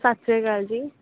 ਸਤਿ ਸ਼੍ਰੀ ਅਕਾਲ ਜੀ